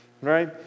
right